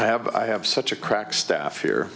i have i have such a crack staff here